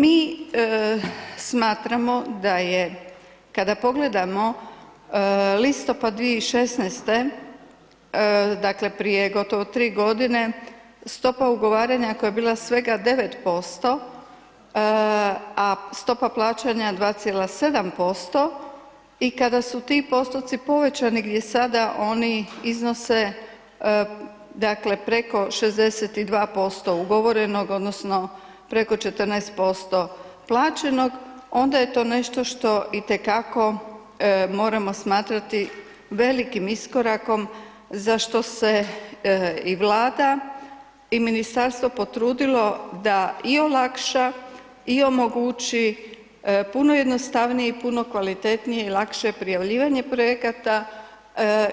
Mi smatramo da je kada pogledamo listopada 2016., dakle prije gotovo 3 godine, stopa ugovaranja koja je bila svega 9%, a stopa plaćanja 2,7% i kada su ti postupci povećani gdje sada oni iznose dakle preko 62% ugovorenog odnosno preko 14% plaćenog, onda je to nešto što itekako moramo smatrati velikim iskorakom za što se i Vlada, i Ministarstvo potrudilo da i olakša, i omogući puno jednostavniji, puno kvalitetnije i lakše prijavljivanje projekata